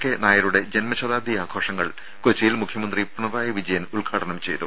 K നായരുടെ ജന്മശതാബ്ദി ആഘോഷങ്ങൾ കൊച്ചിയിൽ മുഖ്യമന്ത്രി പിണറായി വിജയൻ ഉദ്ഘാടനം ചെയ്തു